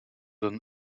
than